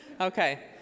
Okay